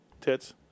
Tits